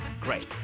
Great